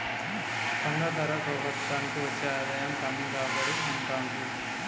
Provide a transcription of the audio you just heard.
పన్నుల ద్వారా ప్రభుత్వానికి వచ్చే ఆదాయం పన్ను రాబడి అంటుండ్రు